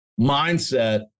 mindset